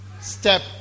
step